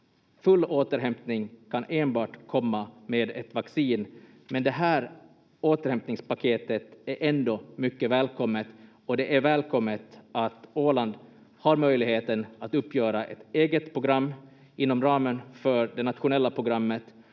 Full återhämtning kan enbart komma med ett vaccin, men det här återhämtningspaketet är ändå mycket välkommet, och det är välkommet att Åland har möjligheten att uppgöra ett eget program inom ramen för det nationella programmet